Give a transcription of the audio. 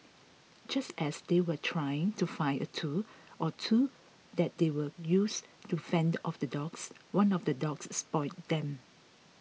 just as they were trying to find a tool or two that they would use to fend off the dogs one of the dogs spotted them